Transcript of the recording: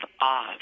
off